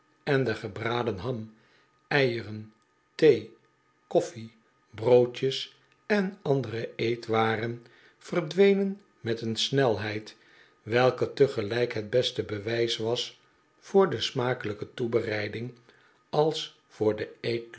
en de gebraden ham eieren thee koffie broodjes en andere eetwaren verdwenen met een snelheid welke tegelijk het beste bewijs was voor de smakelijke toebereiding ais voor den